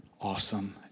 awesome